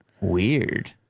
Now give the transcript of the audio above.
Weird